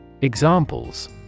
Examples